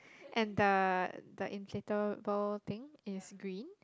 and the the insider bowl thing is green